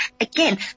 again